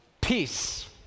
Peace